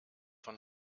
von